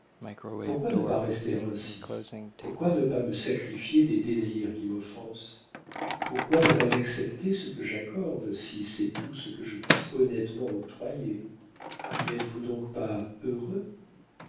pourquoi ne pas rester ainsi pourquoi ne pas me sacrifier des désirs qui m'offensent pourquoi ne pas accepter ce que j'accorde si c'est tout ce que je puis honnêtement octroyer n'êtes-vous donc pas heureux